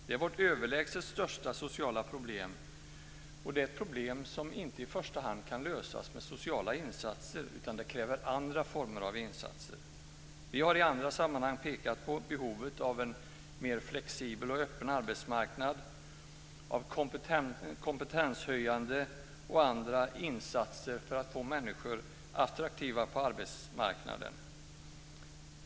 Det är vårt överlägset största sociala problem, och det är ett problem som inte i första hand kan lösas med sociala insatser. Det kräver andra former av insatser. Vi har i andra sammanhang pekat på behovet av en mer flexibel och öppen arbetsmarknad och av kompetenshöjande och andra insatser för att få människor attraktiva på arbetsmarknaden.